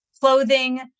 clothing